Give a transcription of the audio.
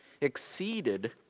exceeded